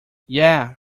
yeah